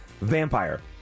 Vampire